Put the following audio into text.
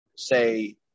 Say